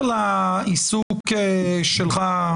לעיסוק שלך,